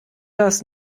das